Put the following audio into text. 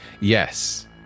Yes